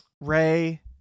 ray